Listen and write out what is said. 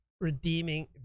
redeeming